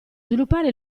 sviluppare